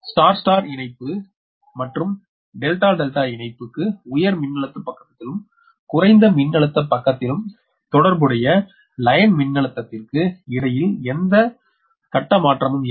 நட்சத்திர நட்சத்திர இணைப்பு மற்றும் டெல்டா டெல்டா இணைப்புக்கு உயர் மின்னழுத்த பக்கத்திலும் குறைந்த மின்னழுத்த பக்கத்திலும் தொடர்புடைய வரி மின்னழுத்தத்திற்கு இடையில் எந்த கட்ட மாற்றமும் இல்லை